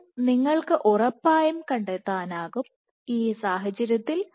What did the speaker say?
അപ്പോൾ നിങ്ങൾക്ക് ഉറപ്പായും കണ്ടെത്താനാകും ഈ സാഹചര്യത്തി